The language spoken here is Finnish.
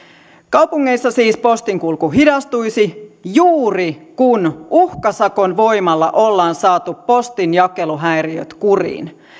kaupungeissa siis postinkulku hidastuisi juuri kun uhkasakon voimalla ollaan saatu postin jakeluhäiriöt kuriin